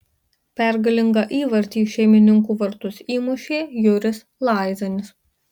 pergalingą įvartį į šeimininkų vartus įmušė juris laizanis